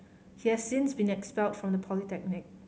he has since been expelled from the polytechnic